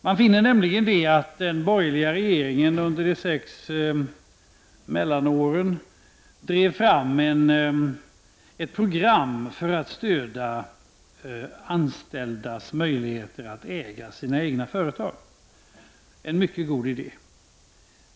Man finner nämligen att den borgerliga regeringen under de sex borgerliga mellanåren drev fram ett program för att stödja de anställdas möjligheter att äga det företag där de arbetade. Det var en mycket god idé.